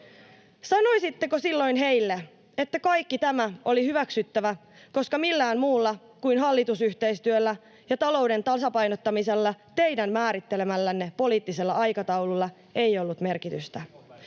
Sanoisitteko silloin heille, että kaikki tämä oli hyväksyttävä, koska millään muulla kuin hallitusyhteistyöllä ja talouden tasapainottamisella teidän määrittelemällänne poliittisella aikataululla ei ollut merkitystä?